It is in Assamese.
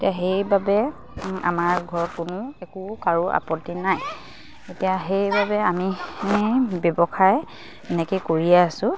এতিয়া সেইবাবে আমাৰ ঘৰ কোনো একো কাৰো আপত্তি নাই এতিয়া সেইবাবে আমি ব্যৱসায় এনেকে কৰিয়ে আছোঁ